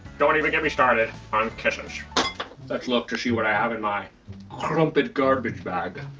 don't even get me started on kisses. let's look to see what i have in my crumpit garbage bag.